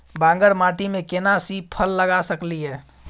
बांगर माटी में केना सी फल लगा सकलिए?